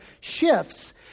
shifts